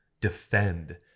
defend